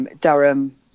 Durham